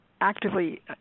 actively